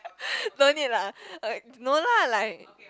no need lah no lah like